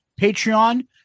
patreon